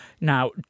Now